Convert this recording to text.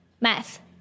math